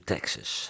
Texas